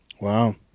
Wow